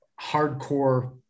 hardcore